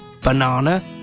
banana